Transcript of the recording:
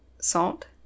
salt